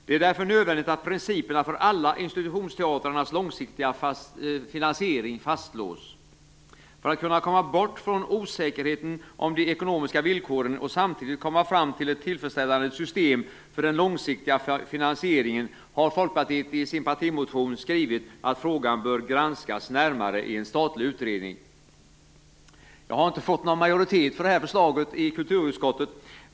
Det är därför nödvändigt att principerna för alla institutionsteatrars långsiktiga finansiering fastslås. För att kunna komma bort från osäkerheten om de ekonomiska villkoren och samtidigt komma fram till ett tillfredsställande system för en långsiktig finansiering har Folkpartiet i sin partimotion skrivit att frågan bör granskas närmare i en statlig utredning. Jag har inte fått något majoritet för detta förslag i kulturutskottet.